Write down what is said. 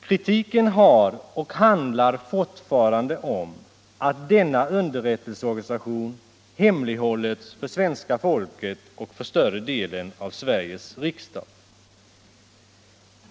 Kritiken har handlat och handlar fortfarande om att denna underrättelseorganisation hemlighållits för svenska folket och för större delen av Sveriges riksdag.